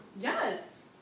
Yes